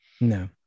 no